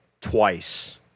Twice